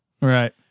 Right